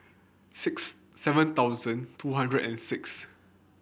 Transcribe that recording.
six seven thousand two hundred and six